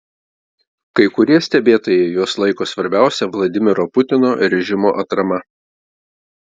kai kurie stebėtojai juos laiko svarbiausia vladimiro putino režimo atrama